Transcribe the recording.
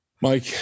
Mike